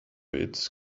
its